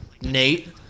Nate